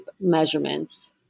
measurements